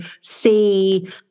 see